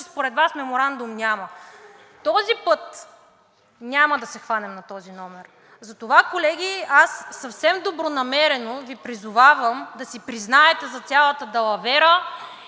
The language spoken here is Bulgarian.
че според Вас Меморандум няма. Този път няма да се хванем на този номер. Затова, колеги, аз съвсем добронамерено Ви призовавам да си признаете за цялата далавера